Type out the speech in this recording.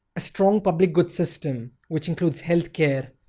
a strong public-goods system, which includes healthcare,